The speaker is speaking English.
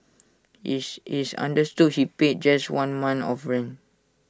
is is understood he paid just one month of rent